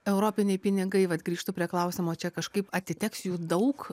europiniai pinigai vat grįžtu prie klausimo čia kažkaip atiteks jų daug